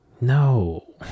no